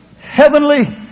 heavenly